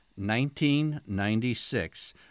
1996